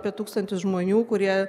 apie tūkstantis žmonių kurie